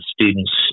students